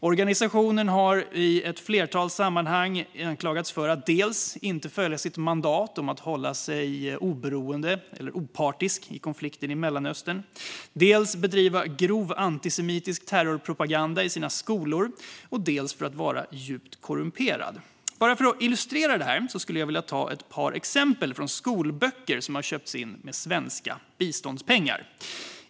Organisationen har i ett flertal sammanhang anklagats för att dels inte följa sitt mandat att hålla sig opartisk i konflikten i Mellanöstern, dels bedriva grov antisemitisk terrorpropaganda i sina skolor, dels vara djupt korrumperad. För att illustrera detta skulle jag vilja ta ett par exempel från skolböcker som har köpts in för svenska biståndspengar.